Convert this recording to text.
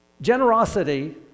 Generosity